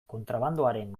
kontrabandoaren